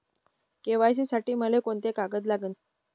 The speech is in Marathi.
के.वाय.सी साठी मले कोंते कागद लागन?